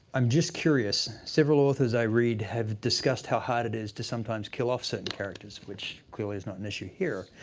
i'm just curious. several authors i read have discussed how hard it is to sometimes kill off certain characters. which clearly is not an issue here.